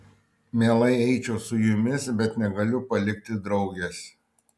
mielai eičiau su jumis bet negaliu palikti draugės